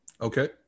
Okay